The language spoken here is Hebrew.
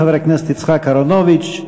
חבר הכנסת יצחק אהרונוביץ,